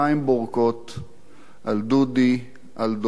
על דודי, על דורון, על דנה,